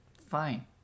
Fine